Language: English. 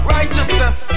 Righteousness